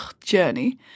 journey